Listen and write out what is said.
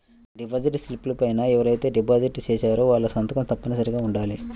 deposit స్లిపుల పైన ఎవరైతే డిపాజిట్ చేశారో వాళ్ళ సంతకం తప్పనిసరిగా ఉండాలి